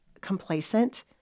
complacent